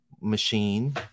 machine